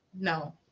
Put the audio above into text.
No